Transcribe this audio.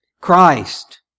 Christ